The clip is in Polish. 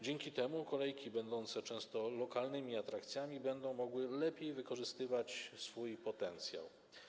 Dzięki temu kolejki będące często lokalnymi atrakcjami będą mogły lepiej wykorzystywać swój potencjał.